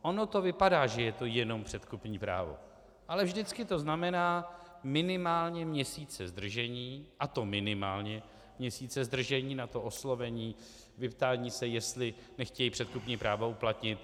Ono to vypadá, že je to jenom předkupní právo, ale vždycky to znamená minimálně měsíce zdržení, a to minimálně měsíce zdržení na to oslovení, vyptání se, jestli nechtějí předkupní právo uplatnit.